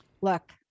Look